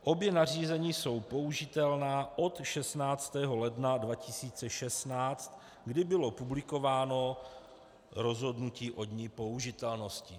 Obě nařízení jsou použitelná od 16. ledna 2016, kdy bylo publikováno rozhodnutí o dni použitelnosti.